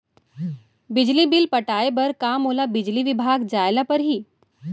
बिजली बिल पटाय बर का मोला बिजली विभाग जाय ल परही?